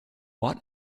what